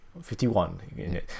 51